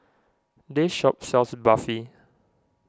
this shop sells Barfi